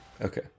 Okay